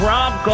Rob